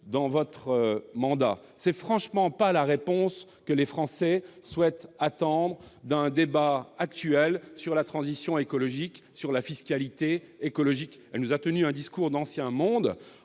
de son mandat. Cela n'est franchement pas la réponse que les Français attendent d'un débat actuel sur la transition écologique et sur la fiscalité écologique. Mme Borne nous a tenu un discours d'ancien monde,